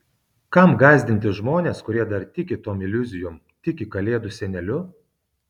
kam gąsdinti žmones kurie dar tiki tom iliuzijom tiki kalėdų seneliu